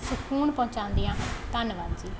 ਸਕੂਨ ਪਹੁੰਚਾਉਂਦੀਆ ਹਨ ਧੰਨਵਾਦ ਜੀ